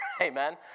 Amen